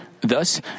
Thus